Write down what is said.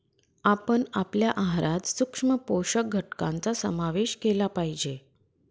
आपण आपल्या आहारात सूक्ष्म पोषक घटकांचा समावेश केला पाहिजे